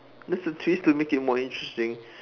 that's a twist to make it more interesting